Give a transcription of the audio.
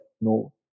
no